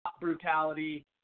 brutality